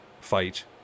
fight